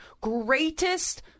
greatest